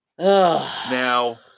Now